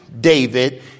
David